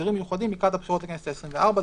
הסדרים מיוחדים לקראת הבחירות לכנסת העשרים-וארבע,